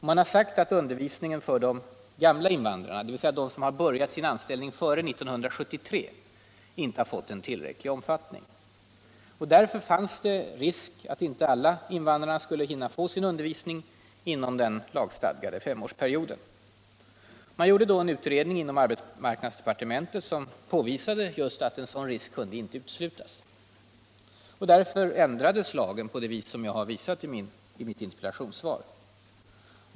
Man har sagt att undervisningen för de ”gamla” invandrarna, dvs. de som har börjat sin anställning före 1973, inte har fått tillräcklig omfattning. Därför fanns det risk för att inte alla invandrare skulle hinna få sin undervisning inom den lagstadgade femårsperioden. Man gjorde då en utredning inom arbetsmarknadsdepartementet. Den visade att just en sådan risk inte kunde uteslutas, och därför ändrades lagen på det vis som jag har redovisat i mitt interpellationssvar.